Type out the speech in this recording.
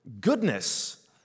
goodness